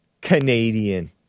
Canadian